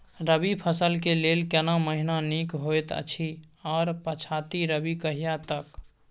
रबी फसल के लेल केना महीना नीक होयत अछि आर पछाति रबी कहिया तक?